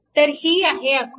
तर ही आहे आकृती